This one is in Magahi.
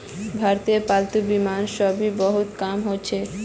भारतत पालतू बीमा अभी बहुत कम ह छेक